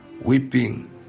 weeping